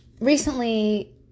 Recently